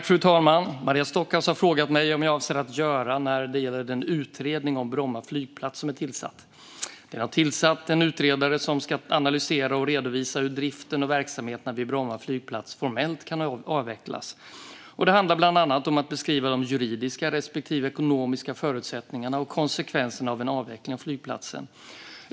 Fru talman! Maria Stockhaus har frågat mig vad jag avser att göra när det gäller den utredning om Bromma flygplats som är tillsatt. Det har tillsatts en utredare som ska analysera och redovisa hur driften och verksamheterna vid Bromma flygplats formellt kan avvecklas. Det handlar bland annat om att beskriva de juridiska respektive ekonomiska förutsättningarna och konsekvenserna av en avveckling av flygplatsen.